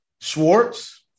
Schwartz